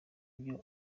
ibyo